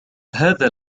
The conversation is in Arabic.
هذا